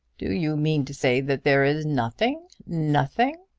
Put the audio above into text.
do you mean to say that there is nothing nothing?